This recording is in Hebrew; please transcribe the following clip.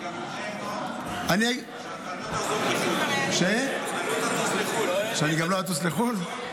אני גם יודע, ינון, שאתה לא תעזוב לחו"ל.